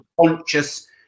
Conscious